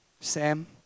Sam